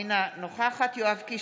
אינה נוכחת יואב קיש,